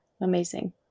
amazing